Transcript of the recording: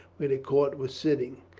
where the court was sitting.